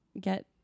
get